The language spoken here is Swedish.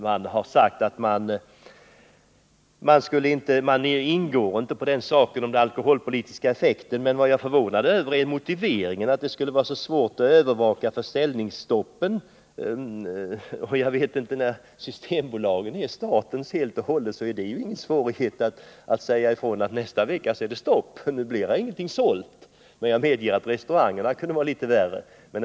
Man går över huvud taget inte alls in på den alkoholpolitiska effekten. Vad som förvånar mig är motiveringen att det skulle vara så svårt att övervaka försäljningsstoppet. Eftersom det är staten som råder över systembutikerna, kan det väl inte vara så svårt att exempelvis säga: Nästa vecka är det stopp, då säljs ingen alkohol. Jag medger att det kan vara litet svårare att kontrollera restaurangerna.